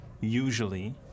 usually